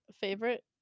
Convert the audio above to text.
favorite